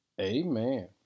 amen